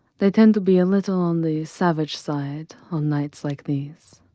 they tend to be a little on the savage side, on nights like these.